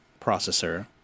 processor